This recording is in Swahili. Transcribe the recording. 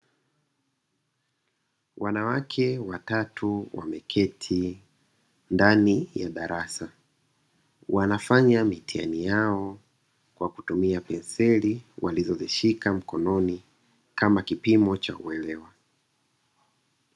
Wanawake watatu wameketi ndani ya darasa, wanafanya mitihani yao kwa kutumia penseli, walizozishika mkononi kama kipimo cha uelewa.